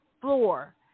floor